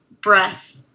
breath